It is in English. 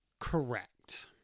correct